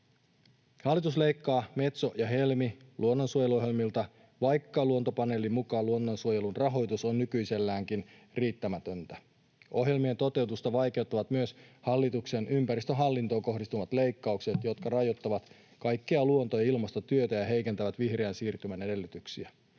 Hallitus leikkaa Metso- ja Helmi-luonnonsuojeluohjelmilta, vaikka Luontopaneelin mukaan luonnonsuojelun rahoitus on nykyiselläänkin riittämätöntä. Ohjelmien toteutusta vaikeuttavat myös hallituksen ympäristöhallintoon kohdistuvat leikkaukset, jotka rajoittavat kaikkea luonto- ja ilmastotyötä ja heikentävät vihreän siirtymän edellytyksiä.